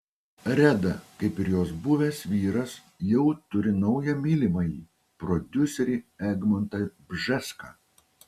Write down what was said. reda kaip ir jos buvęs vyras jau turi naują mylimąjį prodiuserį egmontą bžeską